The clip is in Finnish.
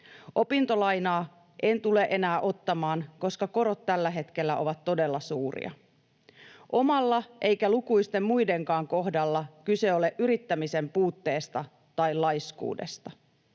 Opintolainaa en tule enää ottamaan, koska korot tällä hetkellä ovat todella suuria. Omalla eikä lukuisten muidenkaan kohdalla kyse ole yrittämisen puutteesta tai laiskuudesta.